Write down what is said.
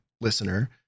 listener